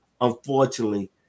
unfortunately